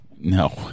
No